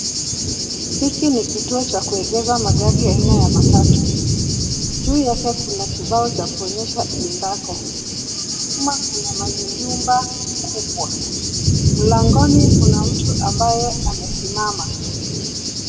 Hiki ni kituo cha kuegeza magari aina ya matatu. Juu yake kuna kibao cha kuonyesha iendako. Nyuma kuna manyumba kubwa. Mlangoni kuna mtu ambaye amesimama .